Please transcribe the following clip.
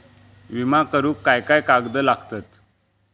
विमा करुक काय काय कागद लागतत?